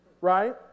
right